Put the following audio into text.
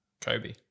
Kobe